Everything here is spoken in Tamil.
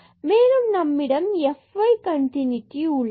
மேலும் நம்மிடம் fy கண்டினூட்டி உள்ளது